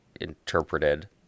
interpreted